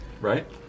right